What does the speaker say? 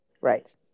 Right